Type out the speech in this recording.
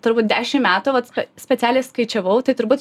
turbūt dešim metų vat specialiai skaičiavau tai turbūt